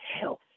health